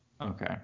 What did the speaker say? Okay